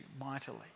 mightily